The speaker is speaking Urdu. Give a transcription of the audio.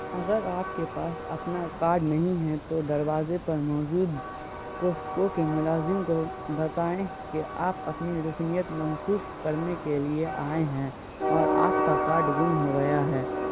اگر آپ کے پاس اپنا کارڈ نہیں ہے تو دروازے پر موجود کوسٹکو کے ملازم کو بتائیں کہ آپ اپنی رکنیت منسوخ کرنے کے لیے آئے ہیں اور آپ کا کارڈ گم ہو گیا ہے